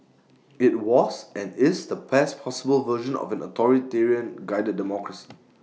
IT was and is the best possible version of an authoritarian guided democracy